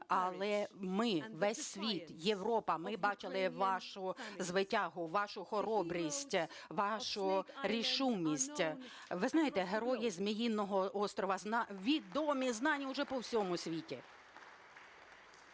але ми, весь світ, Європа, ми бачили вашу звитягу, вашу хоробрість, вашу рішучість. Ви знаєте, герої Зміїного острову відомі, знані уже по всьому світу.